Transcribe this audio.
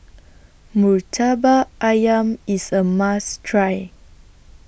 Murtabak Ayam IS A must Try